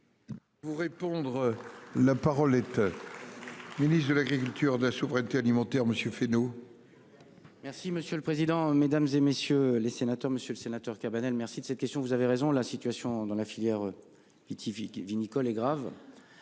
Pour répondre. La parole était. Ministre de l'agriculture de la souveraineté alimentaire monsieur Fesneau. Merci monsieur le président, Mesdames, et messieurs les sénateurs, Monsieur le Sénateur Cabanel, merci de cette question, vous avez raison, la situation dans la filière. Vitivinicole vinicole